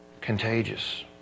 contagious